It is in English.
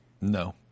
No